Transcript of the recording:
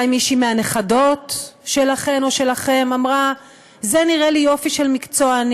אולי מישהי מהנכדות שלכן או שלכם אמרה: זה נראה לי יופי של מקצוע,